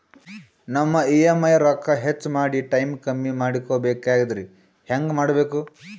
ನಮ್ಮ ಇ.ಎಂ.ಐ ರೊಕ್ಕ ಹೆಚ್ಚ ಮಾಡಿ ಟೈಮ್ ಕಮ್ಮಿ ಮಾಡಿಕೊ ಬೆಕಾಗ್ಯದ್ರಿ ಹೆಂಗ ಮಾಡಬೇಕು?